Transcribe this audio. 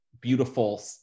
beautiful